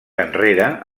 enrere